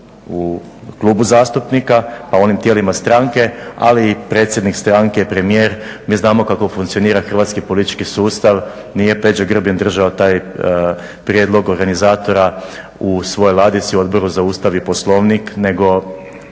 u klubu zastupnika, pa u onim tijelima stranke ali i predsjednik stranke, premijer. Mi znamo kako funkcionira hrvatski politički sustav, nije Peđa Grbin držao taj prijedlog organizatora u svojoj ladici Odboru za Ustav i Poslovnik, nego